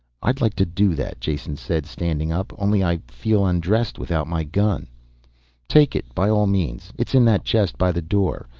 i'd like to do that, jason said, standing up. only i feel undressed without my gun take it, by all means, it's in that chest by the door.